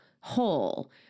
whole